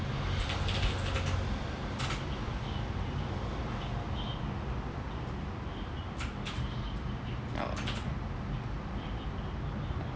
oh